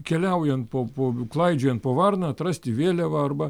keliaujant po po klaidžiojant po varną atrasti vėliavą arba